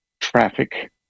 traffic